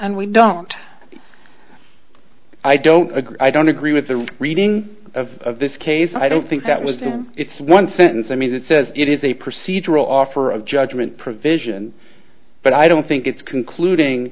and we don't i don't agree i don't agree with the reading of this case i don't think that was in its one sentence i mean that says it is a procedural offer of judgment provision but i don't think it's concluding